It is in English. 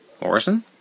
Morrison